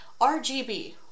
RGB